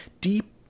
deep